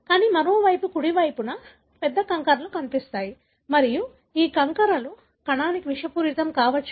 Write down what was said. కానీ మరోవైపు కుడి వైపున పెద్ద కంకరలు కనిపిస్తాయి మరియు ఈ కంకరలు కణానికి విషపూరితం కావచ్చు